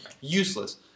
Useless